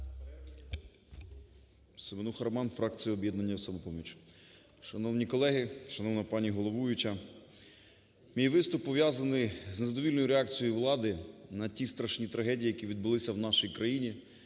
СеменухаРоман, фракція "Об'єднання "Самопоміч". Шановні колеги, шановна пані головуюча, мій виступ пов'язаний з незадовільною реакцією влади на ті страшні трагедії, які відбулися в нашій країні,